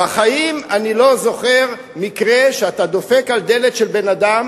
בחיים אני לא זוכר מקרה שאתה דופק על דלת של בן-אדם